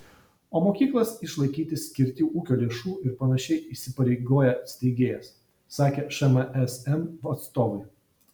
o mokyklas išlaikyti skirti ūkio lėšų ir panašiai įsipareigoja steigėjas sakė šmsm atstovai